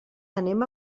anem